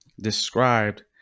described